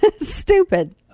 Stupid